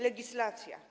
Legislacja.